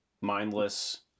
mindless